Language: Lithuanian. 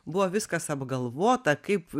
buvo viskas apgalvota kaip